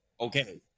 okay